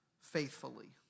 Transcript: faithfully